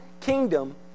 kingdom